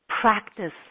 practice